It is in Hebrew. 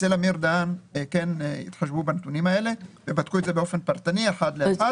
אצל אמיר דהן כן התחשבו בנתונים האלה ובדקו את זה באופן פרטני אחד לאחד.